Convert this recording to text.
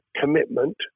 commitment